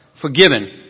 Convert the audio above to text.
forgiven